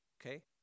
Okay